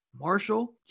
Marshall